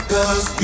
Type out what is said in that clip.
Cause